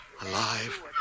alive